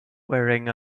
wearing